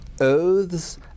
oaths